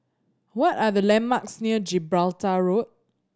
what are the landmarks near Gibraltar Road